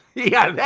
yeah, that's,